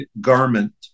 garment